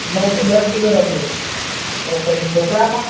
નવથી દશ kilo rabri okay અને ઢોકળામાં